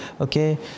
okay